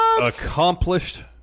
accomplished